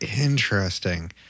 Interesting